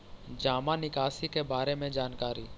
जामा निकासी के बारे में जानकारी?